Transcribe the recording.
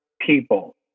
people